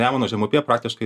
nemuno žemupyje praktiškai